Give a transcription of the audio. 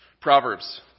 Proverbs